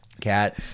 cat